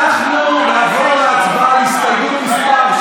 חבר הכנסת קריב.